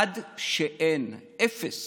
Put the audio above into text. עד שאין אפס